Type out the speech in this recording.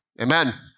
Amen